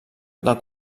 del